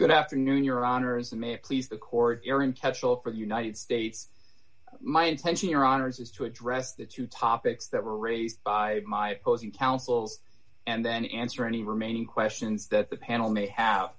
good afternoon your honor is a may please the court hearing capsule for the united states my attention or honors is to address the two topics that were raised by my posy counsels and then answer any remaining questions that the panel may have